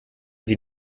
sie